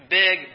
big